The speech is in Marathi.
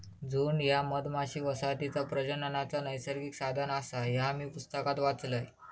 झुंड ह्या मधमाशी वसाहतीचा प्रजननाचा नैसर्गिक साधन आसा, ह्या मी पुस्तकात वाचलंय